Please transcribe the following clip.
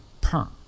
perm